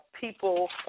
people